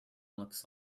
looks